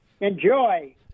enjoy